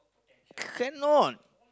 cannot